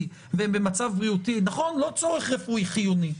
והם במצב בריאותי גם אם לא צורך רפואי חיוני,